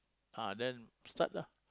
ah then start lah